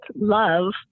love